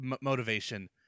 motivation